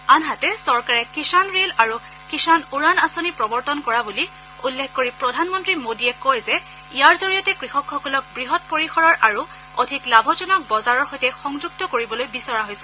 আনহাতে চৰকাৰে কিষাণ ৰেল আৰু কিষাণ উড়ান আঁচনি প্ৰৱৰ্তন কৰা বুলি উল্লেখ কৰি প্ৰধানমন্ত্ৰী মোদীয়ে কয় যে ইয়াৰ জৰিয়তে কৃষকসকলক বৃহৎ পৰিসৰৰ আৰু অধিক লাভজনক বজাৰৰ সৈতে সংযুক্ত কৰিবলৈ বিচৰা হৈছে